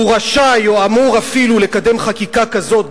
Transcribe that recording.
הוא רשאי או אמור אפילו לקדם חקיקה כזאת,